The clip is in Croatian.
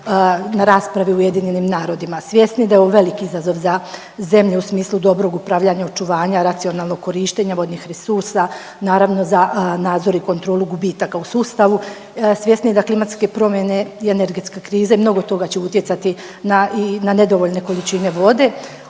na raspravi u Ujedinjenim narodima. Svjesni da je ovo veliki izazov za zemlje u smislu dobrog upravljanja očuvanja, racionalnog korištenja vodnih resursa naravno za nadzor i kontrolu gubitaka u sustavu, svjesni da klimatske promjene i energetske krize mnogo toga će utjecati na nedovoljne količine vode.